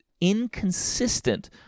inconsistent